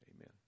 Amen